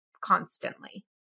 constantly